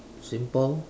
simple